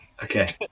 Okay